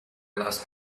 last